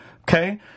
Okay